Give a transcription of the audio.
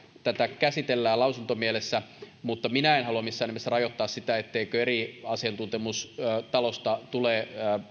tätä käsitellään lausuntomielessä minä en halua missään nimessä rajoittaa sitä että eri asiantuntemukset talosta tulevat